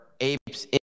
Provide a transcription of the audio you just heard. apes